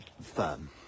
firm